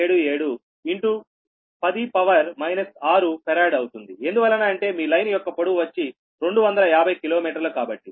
677 10 6 farad అవుతుంది ఎందువలన అంటే మీ లైన్ యొక్క పొడవు వచ్చి 250 కిలోమీటర్లు కాబట్టి